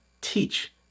teach